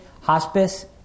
Hospice